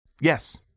yes